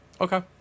Okay